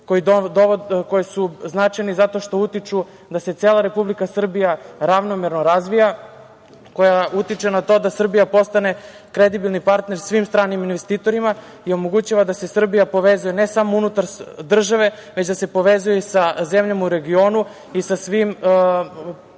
Srbiju. Značajni su zato što utiču na to da se cela Republika Srbija ravnomerno razvija, utiče na to da Srbija postane kredibilni partner svim stranim investitorima i omogućava da se Srbija povezuje ne samo unutar države, već i da se povezuje sa zemljama u regionu i sa svim putnim